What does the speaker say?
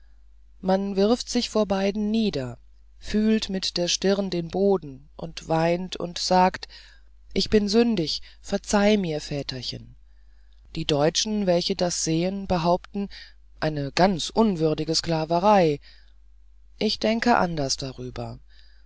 man wirft sich vor beiden nieder fühlt mit der stirn den boden und weint und sagt ich bin sündig verzeih mir väterchen die deutschen welche das sehen behaupten eine ganz unwürdige sklaverei ich denke anders darüber